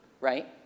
right